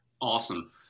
awesome